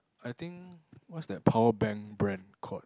I think what's that power bank brand called